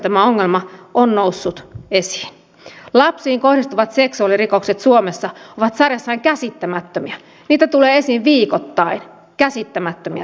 tämä haaste on niin paljon suurempi ja meille tulee esiin viikoittain käsittämättömiä